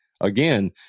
Again